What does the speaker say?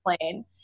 plane